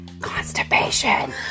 Constipation